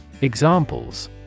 Examples